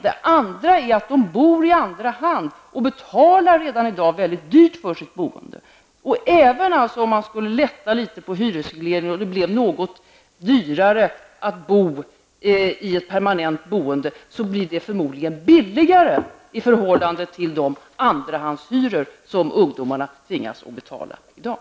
Det andra är att de bor i andra hand och redan i dag betalar ett mycket högt pris för sitt boende. Även om man skulle lätta litet på hyresregleringen, och det blev något dyrare att bo i ett permanent boende, skulle det förmodligen bli billigare i förhållande till de andrahandshyror som ungdomarna tvingas att betala i dag.